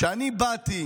כשאני באתי